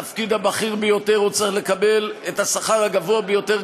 התפקיד הבכיר ביותר צריך לקבל את השכר הגבוה ביותר,